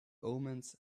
omens